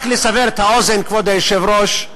רק לסבר את האוזן, כבוד היושב-ראש,